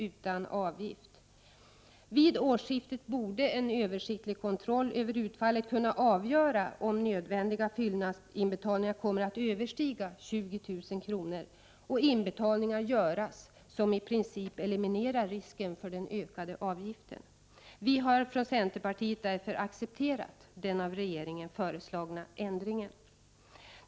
utan avgift. Vid årsskiftet borde en översiktlig kontroll över utfallet kunna avgöra om nödvändiga fyllnadsinbetalningar kommer att överstiga 20 000 kr., och inbetalningar bör kunna göras som i princip eliminerar risken för den ökade avgiften. Vi har från centerpartiet därför accepterat den av regeringen föreslagna ändringen.